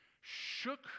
shook